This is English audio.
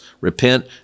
repent